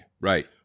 right